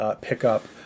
pickup